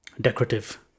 decorative